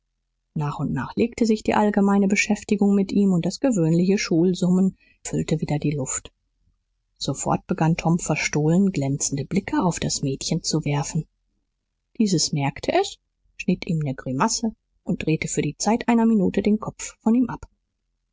nach und nach legte sich die allgemeine beschäftigung mit ihm und das gewöhnliche schulsummen füllte wieder die luft sofort begann tom verstohlen glänzende blicke auf das mädchen zu werfen dieses merkte es schnitt ihm ne grimasse und drehte für die zeit einer minute den kopf von ihm ab